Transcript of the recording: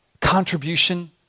Contribution